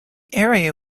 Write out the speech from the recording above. area